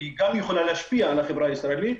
שיכולה להשפיע על החברה הישראלית,